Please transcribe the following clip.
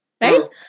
right